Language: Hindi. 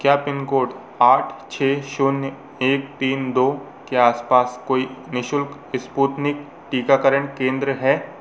क्या पिन कोड आठ छः शून्य एक तीन दो के आस पास कोई निशुल्क स्पुतनिक टीकाकरण केंद्र है